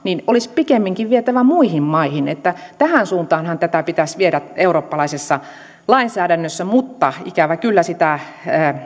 hyvää käytäntöä olisi vietävä muihin maihin tähän suuntaanhan tätä pitäisi viedä eurooppalaisessa lainsäädännössä mutta ikävä kyllä sitä